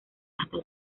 hasta